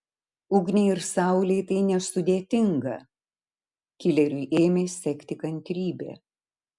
ugniai ir saulei tai nesudėtinga kileriui ėmė sekti kantrybė